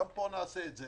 גם פה נעשה את זה.